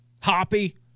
Hoppy